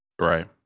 Right